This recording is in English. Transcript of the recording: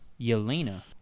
Yelena